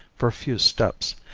for a few steps,